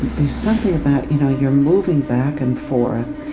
there's something about, you know, you're moving back and forth.